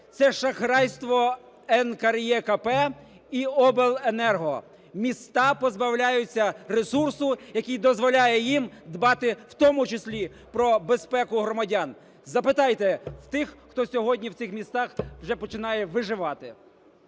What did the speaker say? Це шахрайство НКРЕКП і обленерго. Міста позбавляються ресурсу, який дозволяє їм дбати в тому числі про безпеку громадян. Запитайте в тих, хто сьогодні в цих містах вже починає виживати.